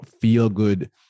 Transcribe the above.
feel-good